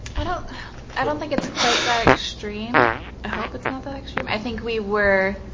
i don't i don't think it's quite that extreme i hope it's not that extreme i think we were